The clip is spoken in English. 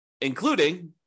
including